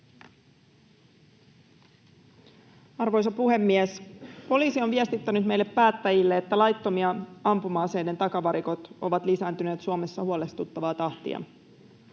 Arvoisa puhemies! Poliisi on viestittänyt meille päättäjille, että laittomien ampuma-aseiden takavarikot ovat lisääntyneet Suomessa huolestuttavaa tahtia.